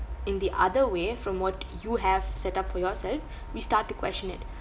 in the other way from what you have set up for yourself we start to question it